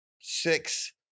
six